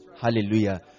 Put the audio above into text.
Hallelujah